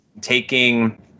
taking